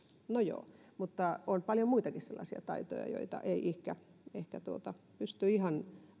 no joo mutta on paljon muitakin sellaisia taitoja joita ei ehkä ehkä pysty ihan